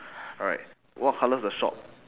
alright what colour is the shop